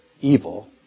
evil